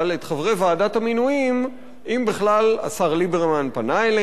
את חברי ועדת המינויים אם בכלל השר ליברמן פנה אליהם,